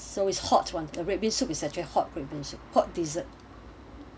so is hot on a red bean soup is such a hot premium support dessert